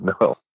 no